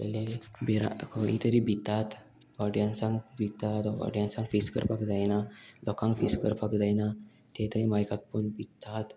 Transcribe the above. आपल्याली भिरांत खंय तरी भितात ऑडियन्सांक भितात ऑडियन्सांक फेस करपाक जायना लोकांक फेस करपाक जायना ते थंय मायकाक पोवन भितात